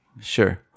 Sure